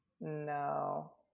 no